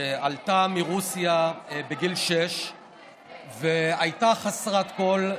שעלתה מרוסיה בגיל שש והייתה חסרת כול,